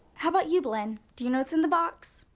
how about you, blynn. do you know what's in the box?